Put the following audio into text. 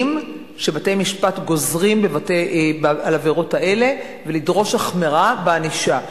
שבתי-משפט גוזרים על העבירות האלה ולדרוש החמרה בענישה.